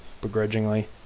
begrudgingly